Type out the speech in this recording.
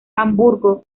hamburgo